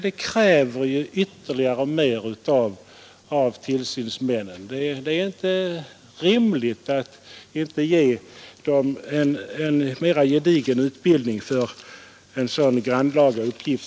Det kräver mer av tillsynsmännen. Det är inte rimligt att vi inte ger dem en mera gedigen utbildning för deras grannlaga uppgift.